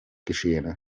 geschehene